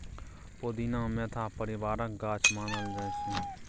पोदीना मेंथा परिबारक गाछ मानल जाइ छै